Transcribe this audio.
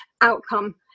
outcome